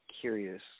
Curious